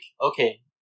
okay